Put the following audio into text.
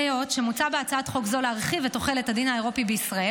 היות שמוצע בהצעת חוק זו להרחיב את תחולת הדין האירופי בישראל,